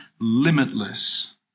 limitless